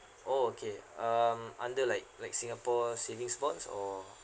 oh okay um under like like singapore savings bonds or